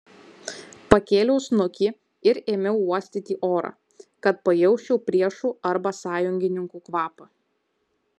pakėliau snukį ir ėmiau uosti orą kad pajusčiau priešų arba sąjungininkų kvapą